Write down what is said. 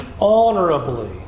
honorably